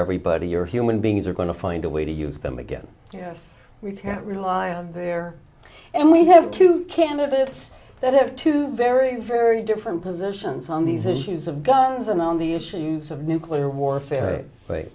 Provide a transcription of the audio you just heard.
everybody you're human beings are going to find a way to use them again yes we can rely on there and we have two candidates that have two very very different positions on these issues of guns and on the issues of nuclear warfare